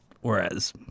whereas